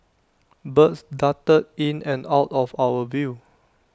birds darted in and out of our view